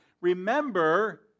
Remember